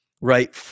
right